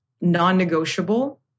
non-negotiable